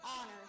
honor